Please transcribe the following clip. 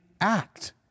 act